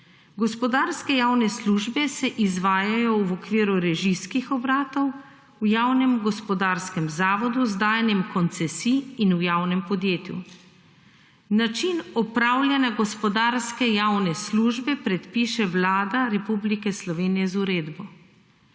Gospodarske javne službe se izvajajo v okviru režijskih bratov, v javnem gospodarskem zavodu z dajanjem koncesij in v javnem podjetju. Način opravljanja gospodarske javne službe predpiše Vlada Republike Slovenije z uredbo.